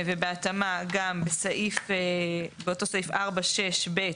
ובהתאמה גם באותו סעיף 4(6)(ב),